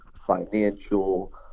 financial